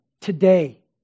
today